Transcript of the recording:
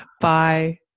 Bye